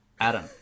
Adam